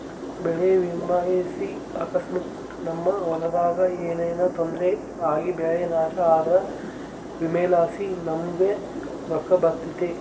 ಬೆಳೆ ವಿಮೆಲಾಸಿ ಅಕಸ್ಮಾತ್ ನಮ್ ಹೊಲದಾಗ ಏನನ ತೊಂದ್ರೆ ಆಗಿಬೆಳೆ ನಾಶ ಆದ್ರ ವಿಮೆಲಾಸಿ ನಮುಗ್ ರೊಕ್ಕ ಬರ್ತತೆ